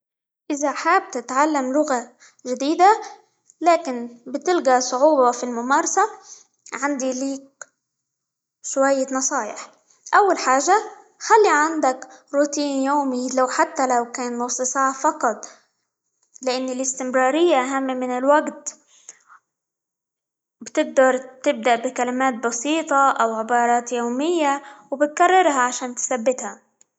إذا حاب تتعلم لغة جديدة، لكن بتلقى صعوبة في الممارسة، عندي ليك شوية نصايح، أول حاجة خلي عندك روتين يومي لو حتى لو كان نص ساعة فقط، لأن الاستمرارية أهم من الوقت، بتقدر تبدأ بكلمات بسيطة، أو عبارات يومية، وبتكررها؛ عشان تثبتها.